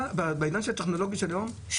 בעידן הטכנולוגי של היום,